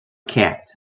cat